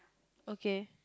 okay